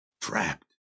Trapped